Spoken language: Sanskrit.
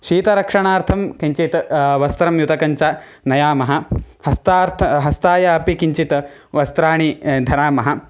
शीतरक्षणार्थं किञ्चित् वस्त्रं युतकञ्च नयामः हस्तार्थं हस्ताय अपि किञ्चित् वस्त्राणि धरामः